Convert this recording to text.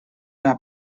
una